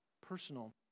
personal